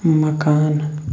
مکان